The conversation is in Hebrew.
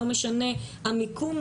לא משנה המיקום,